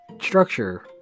structure